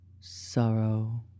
sorrow